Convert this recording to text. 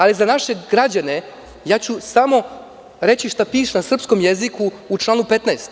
Ali, za naše građane ću reći šta piše na srpskom jeziku u članu 15.